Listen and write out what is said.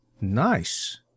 Nice